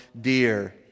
dear